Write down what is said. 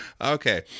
Okay